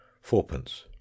fourpence